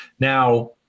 Now